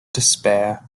despair